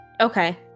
Okay